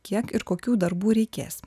kiek kokių darbų reikės